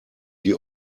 die